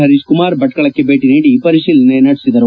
ಪರೀಶಕುಮಾರ್ ಭಟ್ನಳಕ್ಕೆ ಭೇಟಿ ನೀಡಿ ಪರಿಶೀಲನೆ ನಡೆಸಿದರು